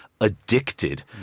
addicted